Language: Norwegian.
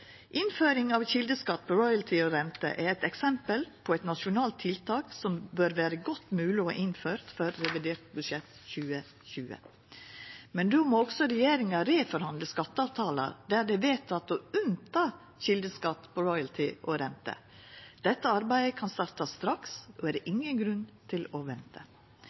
Innføring av kjeldeskatt på royalty og rente er eit eksempel på eit nasjonalt tiltak som bør vera godt mogleg å ha innført før revidert budsjett 2020, men då må også regjeringa reforhandla skatteavtalar der det er vedteke unntak for kjeldeskatt på royalty og rente. Dette arbeidet kan starta straks, det er ingen grunn til å